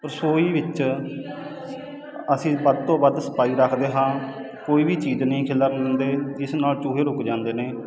ਰਸੋਈ ਵਿੱਚ ਅਸੀਂ ਵੱਧ ਤੋਂ ਵੱਧ ਸਫਾਈ ਰੱਖਦੇ ਹਾਂ ਕੋਈ ਵੀ ਚੀਜ਼ ਨਹੀਂ ਖਿਲਰਨ ਦਿੰਦੇ ਇਸ ਨਾਲ ਚੂਹੇ ਰੁਕ ਜਾਂਦੇ ਨੇ